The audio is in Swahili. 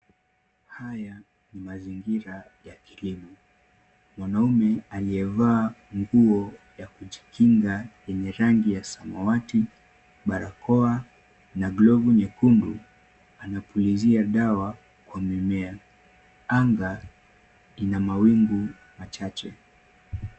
Haya ni mazingira ya kilimo. Mwanaume aliyevaa nguo ya kujikinga yenye rangi ya samawati, barakoa na glovu nyekundu anapulizia dawa kwa mimea. Anga ina mawingu machache.